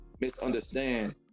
misunderstand